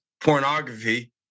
pornography